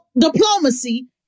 diplomacy